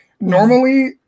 normally